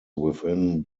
within